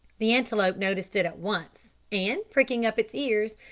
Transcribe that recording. the antelope noticed it at once, and, pricking up its ears,